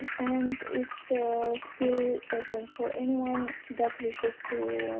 and it's ah still open for anyone that wishes to.